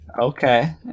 Okay